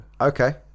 Okay